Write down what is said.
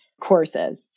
courses